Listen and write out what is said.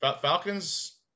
Falcons